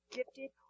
gifted